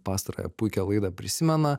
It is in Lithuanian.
pastarąją puikią laidą prisimena